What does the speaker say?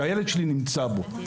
שהילד שלי נמצא בו,